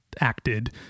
acted